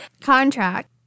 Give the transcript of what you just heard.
Contract